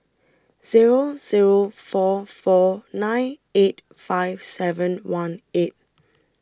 Zero Zero four four nine eight five seven one eight